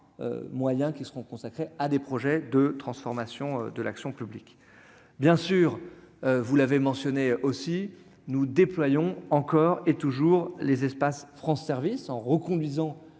moyens qui seront consacrés à des projets de transformation de l'action publique, bien sûr, vous l'avez mentionné aussi nous déployons encore et toujours les espaces France service en reconduisant